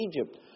Egypt